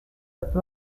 peu